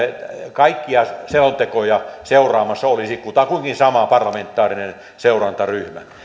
kaikkia selontekoja seuraamassa olisi kutakuinkin sama parlamentaarinen seurantaryhmä